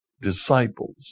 disciples